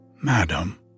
Madam